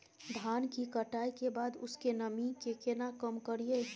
धान की कटाई के बाद उसके नमी के केना कम करियै?